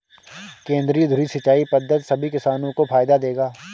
केंद्रीय धुरी सिंचाई पद्धति सभी किसानों को फायदा देगा